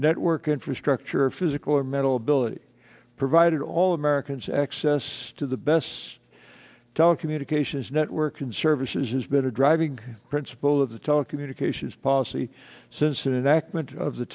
network infrastructure physical or mental ability provided all americans access to the best telecommunications network and services has been a driving principle of the telecommunications policy since an act meant of the